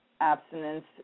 abstinence